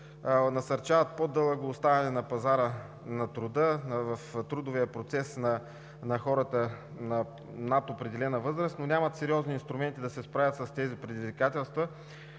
насърчават по-дълго оставане на пазара на труда в трудовия процес на хората над определена възраст, но нямат сериозни инструменти да се справят с тези предизвикателства,